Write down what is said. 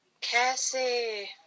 Cassie